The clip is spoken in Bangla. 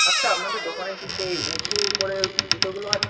আচ্ছা আপনাদের দোকানে কি সেই উঁচু করে জুতোগুলো আছে